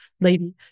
lady